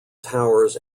towers